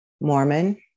Mormon